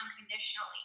unconditionally